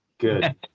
good